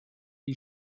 die